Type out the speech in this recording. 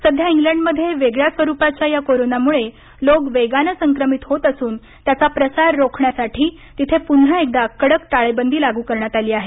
सध्या इंग्लंडमध्ये वेगळ्या स्वरूपाच्या या कोरोनामुळे लोक वेगानं संक्रमित होत असून त्याचा प्रसार रोखण्यासाठी तिथे पुन्हा एकदा कडक टाळेबंदी लागू करण्यात आली आहे